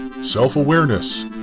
Self-awareness